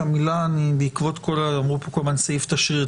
אמרו פה כל הזמן סעיף תשריר,